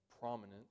prominent